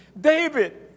David